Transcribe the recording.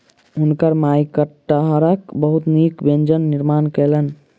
हुनकर माई कटहरक बहुत नीक व्यंजन निर्माण कयलैन